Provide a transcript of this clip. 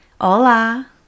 Hola